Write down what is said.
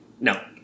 No